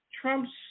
Trump's